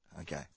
Okay